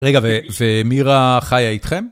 רגע, ומירה חיה איתכם?